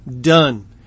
done